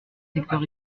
secteur